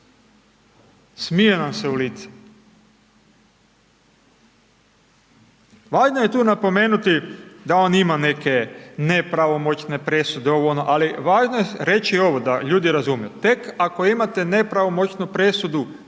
smije nam se u lice. Važno je tu napomenuti da on ima neke nepravomoćne presude, ovo, ono, ali važno je reći ovo da ljudi razumiju, tek ako imate nepravomoćnu presudu